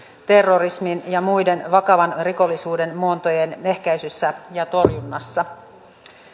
terrorismin ja muiden vakavan rikollisuuden muotojen ehkäisyssä ja torjunnassa